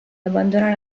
abbandona